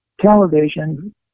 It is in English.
television